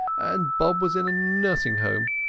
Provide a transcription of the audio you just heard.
and bob was in a nursing home.